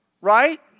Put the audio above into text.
right